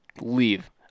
leave